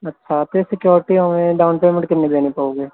ਅੱਛਾ ਤੇ ਸਿਕਿਊਰਟੀ ਉਮੇ ਡਾਊਨ ਪੇਮੈਂਟ ਕਿੰਨੀ ਦੇਣੀ ਪਊਗੀ